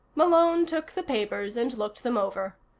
malone took the papers and looked them over.